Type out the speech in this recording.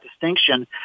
distinction